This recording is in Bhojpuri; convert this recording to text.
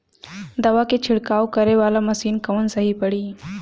दवा के छिड़काव करे वाला मशीन कवन सही पड़ी?